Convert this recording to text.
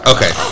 Okay